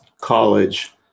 college